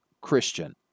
Christian